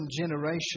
generation